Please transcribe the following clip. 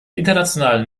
internationalen